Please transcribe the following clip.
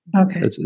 Okay